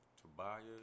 Tobias